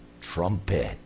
trumpet